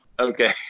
Okay